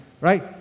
Right